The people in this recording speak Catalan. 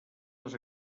les